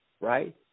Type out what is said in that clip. Right